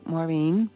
Maureen